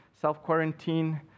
self-quarantine